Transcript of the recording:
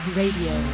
radio